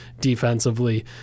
defensively